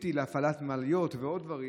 שקריטי להפעלת מעליות ועוד דברים,